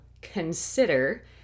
consider